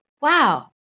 wow